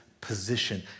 position